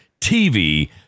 TV